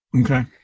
Okay